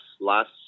last